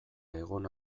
egon